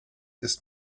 ist